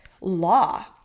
law